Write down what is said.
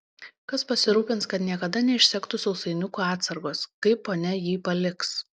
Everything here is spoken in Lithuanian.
kas pasirūpins kad niekada neišsektų sausainukų atsargos kai ponia jį paliks